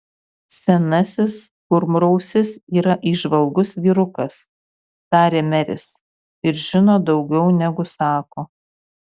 senasis kurmrausis yra įžvalgus vyrukas tarė meris ir žino daugiau negu sako